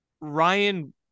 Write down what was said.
Ryan